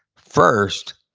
first,